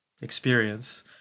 experience